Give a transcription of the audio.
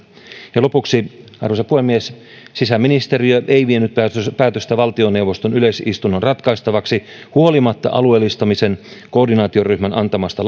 lopuksi arvoisa puhemies sisäministeriö ei vienyt päätöstä päätöstä valtioneuvoston yleisistunnon ratkaistavaksi huolimatta alueellistamisen koordinaatioryhmän antamasta